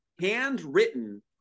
handwritten